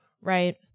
right